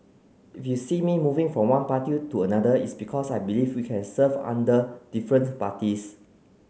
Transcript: if you see me moving from one party to another it's because I believe we can serve under different parties